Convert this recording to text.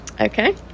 okay